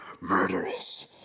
murderous